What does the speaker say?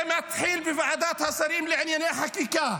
זה מתחיל בוועדת השרים לענייני חקיקה,